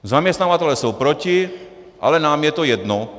Zaměstnavatelé jsou proti, ale nám je to jedno.